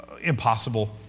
impossible